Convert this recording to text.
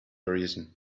horizon